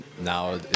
now